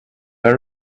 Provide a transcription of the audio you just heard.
are